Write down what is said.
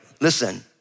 listen